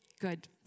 good